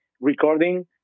recording